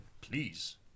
please